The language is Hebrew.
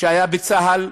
שהיה בצה"ל,